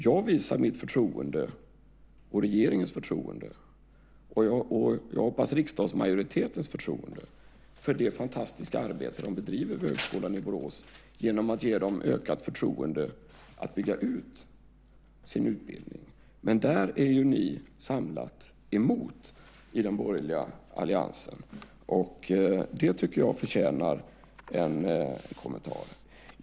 Jag visar mitt och regeringens förtroende, och jag hoppas riksdagsmajoritetens förtroende, för det fantastiska arbete de bedriver på Högskolan i Borås genom att ge dem ökat förtroende att bygga ut sin utbildning. Men där är ni i den borgerliga alliansen samlat emot. Det tycker jag förtjänar en kommentar.